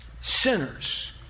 sinners